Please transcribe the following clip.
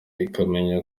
ikamenya